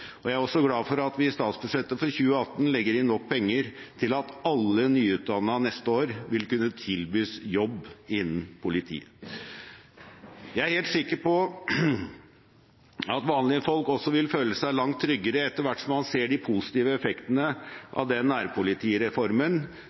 Norge. Jeg er også glad for at vi i statsbudsjettet for 2018 legger inn nok penger til at alle nyutdannede neste år vil kunne tilbys jobb innen politiet. Jeg er helt sikker på at vanlige folk også vil føle seg langt tryggere etter hvert som man ser de positive effektene av den nærpolitireformen